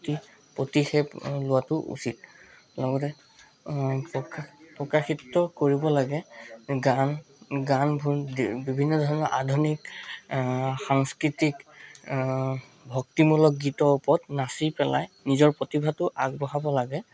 পতি প্ৰতিক্ষেপ লোৱাটো উচিত লগতে প্ৰকাশিত কৰিব লাগে গান গানবোৰ বিভিন্ন ধৰণৰ আধুনিক সাংস্কৃতিক ভক্তিমূলক গীতৰ ওপৰত নাচি পেলাই নিজৰ প্ৰতিভাটো আগবঢ়াব লাগে